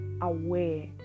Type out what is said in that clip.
aware